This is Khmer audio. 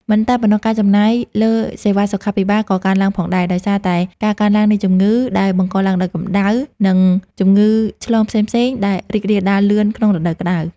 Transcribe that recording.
មិនតែប៉ុណ្ណោះ ការចំណាយលើសេវាសុខាភិបាលក៏កើនឡើងផងដែរ ដោយសារតែការកើនឡើងនៃជំងឺដែលបង្កដោយកម្ដៅ និងជំងឺឆ្លងផ្សេងៗដែលរីករាលដាលលឿនក្នុងរដូវក្ដៅ។